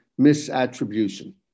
misattribution